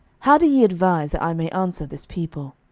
how do ye advise that i may answer this people?